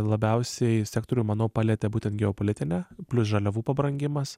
labiausiai sektorių manau palietė būtent geopolitinė plius žaliavų pabrangimas